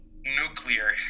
nuclear